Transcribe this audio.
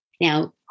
Now